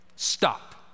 Stop